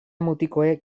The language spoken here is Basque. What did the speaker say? mutikoek